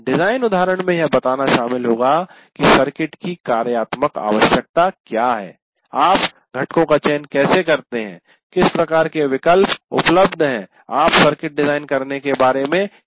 design उदाहरण में यह बताना शामिल होगा कि सर्किट की कार्यात्मक आवश्यकता क्या है आप घटकों का चयन कैसे करते हैं किस प्रकार के विकल्प उपलब्ध हैं आप सर्किट डिजाइन करने के बारे में कैसे आगे बढते हैं